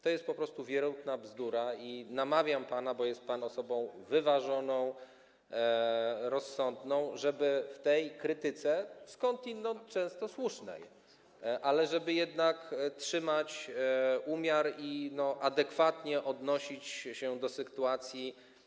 To jest po prostu wierutna bzdura i namawiam pana, bo jest pan osobą wyważoną, rozsądną, żeby w tej krytyce, skądinąd często słusznej, jednak zachować umiar i adekwatnie odnosić się do sytuacji.